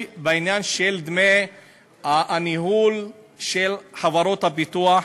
בעניין של דמי הניהול של חברות הביטוח,